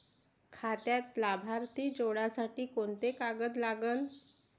खात्यात लाभार्थी जोडासाठी कोंते कागद लागन?